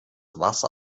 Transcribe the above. wasser